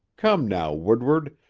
come, now, woodward,